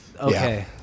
Okay